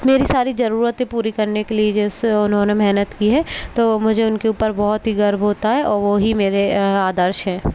मेरी सारी ज़रूरतें पूरी करने के लिए जैसे उन्होंने मेहनत की है तो मुझे उनके ऊपर बहुत ही गर्व होता है और वो ही मेरे आदर्श हैं